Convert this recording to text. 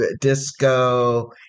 disco